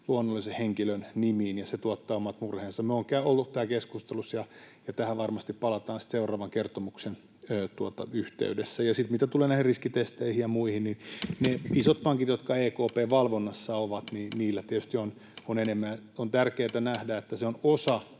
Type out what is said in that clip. luonnollisen henkilön nimiin, ja se tuottaa omat murheensa. Meillä on ollut tämä keskustelussa, ja tähän varmasti palataan sitten seuraavan kertomuksen yhteydessä. Sitten mitä tulee näihin riskitesteihin ja muihin, niin isoilla pankeilla, jotka EKP:n valvonnassa ovat, tietysti on enemmän... On tärkeätä nähdä, että se on osa